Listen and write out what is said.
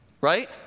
Right